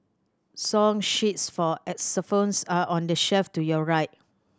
song sheets for xylophones are on the shelf to your right